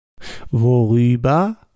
Worüber